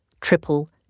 triple